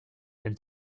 and